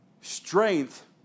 Strength